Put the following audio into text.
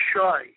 shy